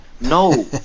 No